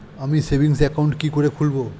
আমি savings account কি করে খুলব?